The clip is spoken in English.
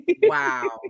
wow